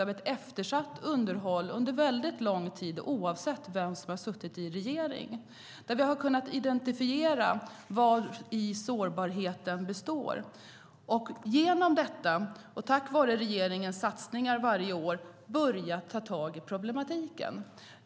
Det beror på eftersatt underhåll under lång tid, oavsett vilka som varit i regeringsställning. Vi har då kunnat identifiera vari sårbarheten består. Genom denna genomgång och tack vare regeringens satsningar varje år har vi börjat ta tag i problemen.